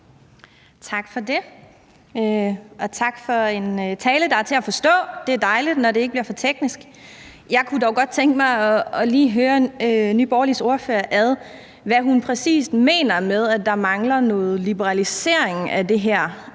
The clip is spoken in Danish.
Tak for det. Og tak for en tale, der var til at forstå. Det er dejligt, når det ikke bliver for teknisk. Jeg kunne dog godt tænke mig lige at høre Nye Borgerliges ordfører om, hvad hun præcis mener med, at der mangler noget liberalisering af det her.